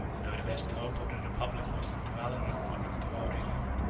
though the best hope of the republic was in the valor and conduct of aurelian,